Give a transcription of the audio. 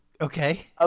okay